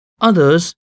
others